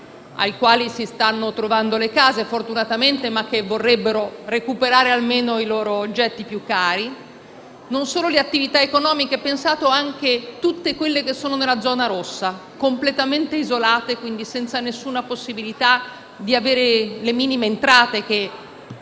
ai quali si stanno trovando le case, fortunatamente, ma che vorrebbero recuperare almeno i loro oggetti più cari; non solo delle attività economiche: pensate a tutte quelle che si trovano nella zona rossa, completamente isolate e senza alcuna possibilità di avere le minime entrate che